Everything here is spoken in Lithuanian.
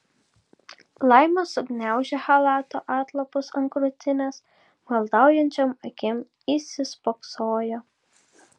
laima sugniaužė chalato atlapus ant krūtinės maldaujančiom akim įsispoksojo